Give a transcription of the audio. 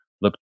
look